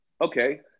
Okay